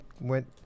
went